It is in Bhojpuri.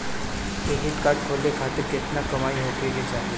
क्रेडिट कार्ड खोले खातिर केतना कमाई होखे के चाही?